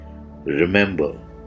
remember